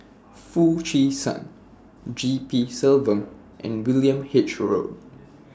Foo Chee San G P Selvam and William H Road